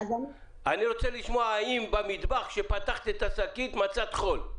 אני רוצה לשמוע האם במטבח שפתחת את השקית מצאת חול?